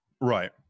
Right